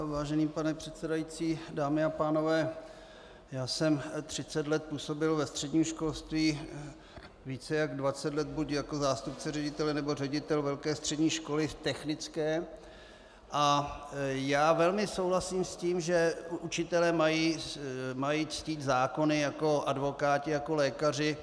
Vážený pane předsedající, dámy a pánové, já jsem 30 let působil ve středním školství, více než 20 let buď jako zástupce ředitele, nebo ředitel velké střední školy, technické, a já velmi souhlasím s tím, že učitelé mají ctít zákony jako advokáti, jako lékaři.